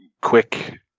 quick